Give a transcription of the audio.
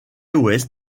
ouest